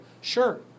Sure